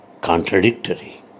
contradictory